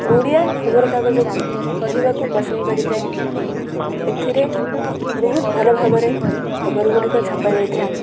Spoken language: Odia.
ଓଡ଼ିଆ ଖବରକାଗଜକୁ ପଢ଼ିବାକୁ ପସନ୍ଦ କରିଥାଏ ଏଥିରେ ବହୁତ ଭଲଭାବରେ ଖବରଗୁଡ଼ିକ ଛପା ଯାଇଥାଏ